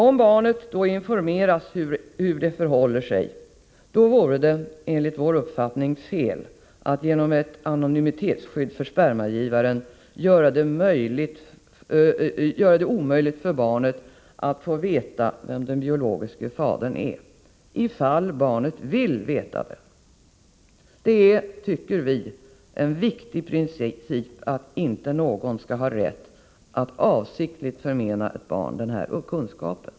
Om barnet då informeras om hur det förhåller sig vore det enligt vår uppfattning fel att genom anonymitetsskydd för spermagivaren göra det omöjligt för barnet att få veta vem den biologiske fadern är, om barnet vill veta det. Det är, tycker vi en viktig princip att ingen skall ha rätt att avsiktligt undanhålla ett barn denna kunskap.